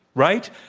right?